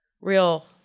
real